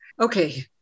okay